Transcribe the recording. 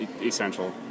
Essential